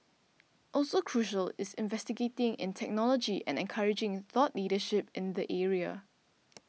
also crucial is investing in technology and encouraging thought leadership in the area